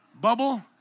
Bubble